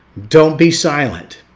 don't be silent.